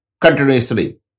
continuously